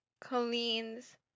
Colleen's